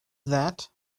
that